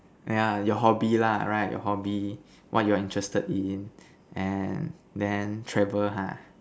yeah your hobby lah right your hobby what you're interested in and then travel ha